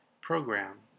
program